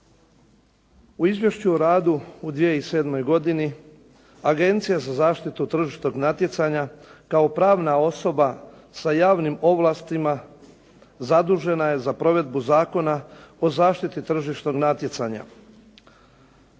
U izvješću o radu u 2007. godini Agencija za zaštitu tržišnog natjecanja kao pravna osoba sa javnim ovlastima zadužena je za provedbu Zakona o zaštiti tržišnog natjecanja.